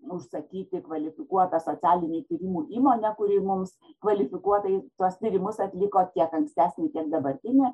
užsakyti kvalifikuotą socialinių tyrimų įmonę kuri mums kvalifikuotai tuos tyrimus atliko tiek ankstesnį tiek dabartinį